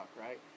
right